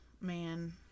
man